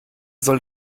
soll